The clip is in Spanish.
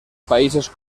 países